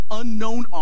unknown